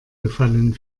gefallen